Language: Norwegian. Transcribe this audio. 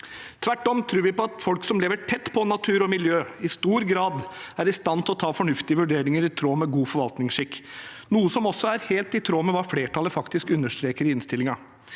Tvert om tror vi på at folk som lever tett på natur og miljø, i stor grad er i stand til å ta fornuftige vurderinger i tråd med god forvaltningsskikk, noe som også er helt i tråd med hva flertallet faktisk understreker i innstillingen: